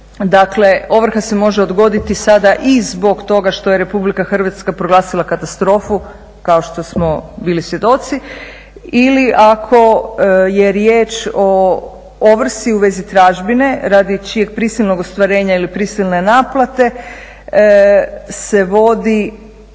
Dakle, ovrha se može odgoditi sada i zbog toga što je Republika Hrvatska proglasila katastrofu kao što smo bili svjedoci ili ako je riječ o ovrsi u vezi tražbine radi čijeg prisilnog ostvarenja ili prisilne naplate se vodi